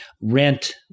rent